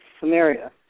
Samaria